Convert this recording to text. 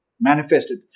Manifested